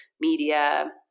media